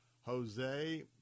Jose